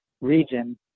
region